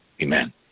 amen